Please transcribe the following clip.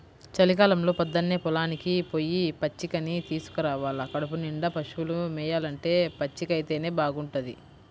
చలికాలంలో పొద్దన్నే పొలానికి పొయ్యి పచ్చికని తీసుకురావాల కడుపునిండా పశువులు మేయాలంటే పచ్చికైతేనే బాగుంటది